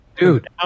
Dude